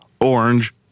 orange